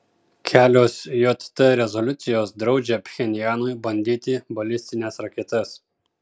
kelios jt rezoliucijos draudžia pchenjanui bandyti balistines raketas